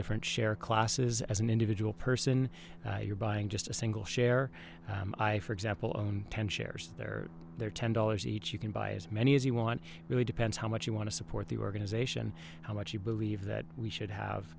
different share classes as an individual person you're buying just a single share i for example own ten shares there are ten dollars each you can buy as many as you want really depends how much you want to support the organization how much you believe that we should have